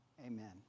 Amen